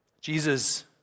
Jesus